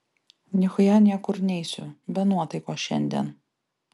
nichuja niekur neisiu be nuotaikos šiandien